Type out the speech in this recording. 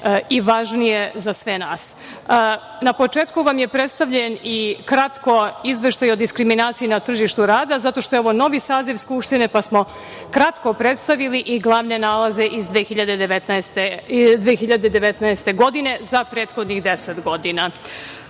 i važnije za sve nas. Na početku vam je predstavljen i kratko izveštaj o diskriminaciji na tržištu rada, zato što je ovo novi saziv Skupštine, pa smo kratko predstavili i glavne nalaze iz 2019. godine za prethodnih deset godina.